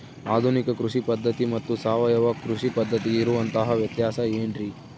ಆಧುನಿಕ ಕೃಷಿ ಪದ್ಧತಿ ಮತ್ತು ಸಾವಯವ ಕೃಷಿ ಪದ್ಧತಿಗೆ ಇರುವಂತಂಹ ವ್ಯತ್ಯಾಸ ಏನ್ರಿ?